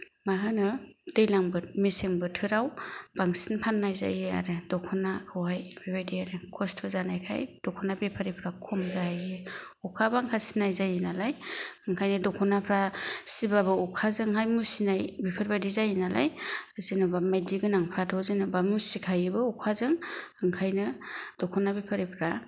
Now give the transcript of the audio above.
मा होनो दैज्लां मेसें बोथोराव बांसिन फाननाय जायो आरो दख'नाखौहाय बेबादि आरो खस्थ' जानायखाय दख'ना बेफारिफ्रा खम जाहैयो अखा बांखा सिनाय जायो नालाय ओंखायनो दख'नाफ्रा सिबाबो अखाजोंहाय मुसिनाय बेफोरबादि जायो नालाय जेन'बा माइदि गोनांफ्राथ' जेन'बा मुसिखायोबो अखाजों ओंखायनो दख'ना बेफारिफ्रा